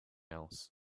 else